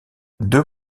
deux